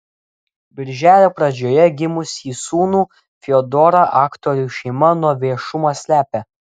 birželio pradžioje gimusį sūnų fiodorą aktorių šeima nuo viešumo slepia